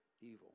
evil